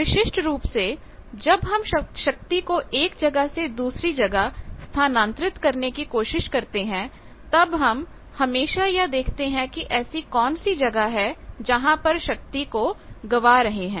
विशिष्ट रूप से जब हम शक्ति को एक जगह से दूसरी जगह स्थानांतरित करने की कोशिश करते हैं तब हम हमेशा यह देखते हैं कि ऐसी कौन सी जगह है जहां पर शक्ति को गंवा रहे हैं